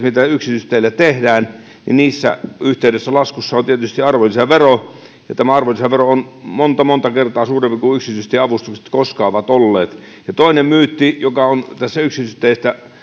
mitä yksityisteillä tehdään yhteydessä laskussa on tietysti arvonlisävero ja tämä arvonlisävero on monta monta kertaa suurempi kuin yksityistieavustukset koskaan ovat olleet ja toinen myytti joka näistä yksityisteistä on